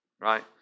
right